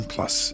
Plus